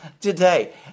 today